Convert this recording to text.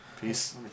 Peace